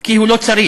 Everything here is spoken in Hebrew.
כי הוא לא צריך,